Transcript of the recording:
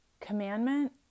commandment